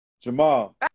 Jamal